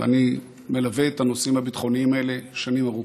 ואני מלווה את הנושאים הביטחוניים האלה שנים ארוכות,